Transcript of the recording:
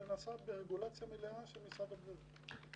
ונעשה ברגולציה מלאה של משרד הבריאות.